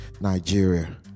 Nigeria